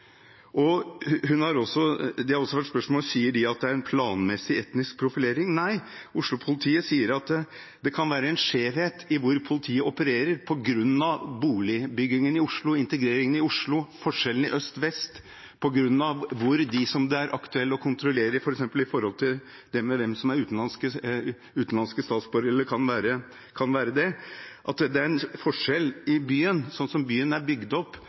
planmessig etnisk profilering. Nei, Oslo-politiet sier at det kan være en skjevhet i hvor politiet opererer på grunn av boligbyggingen i Oslo, integreringen i Oslo, forskjellene mellom øst og vest, på grunn av hvor de som det er aktuelt å kontrollere, bor, f.eks. når det gjelder hvem som kan være utenlandske statsborgere. Det er en forskjell i byen, sånn byen er bygd opp,